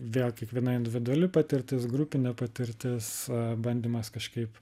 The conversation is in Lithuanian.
vėl kiekviena individuali patirtis grupinė patirtis bandymas kažkaip